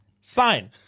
Sign